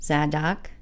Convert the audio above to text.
Zadok